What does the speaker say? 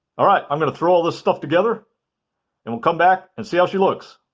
all right i'm going to throw all this stuff together and we'll come back and see how she looks.